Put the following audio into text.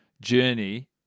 journey